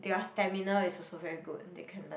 their stamina is also very good they can like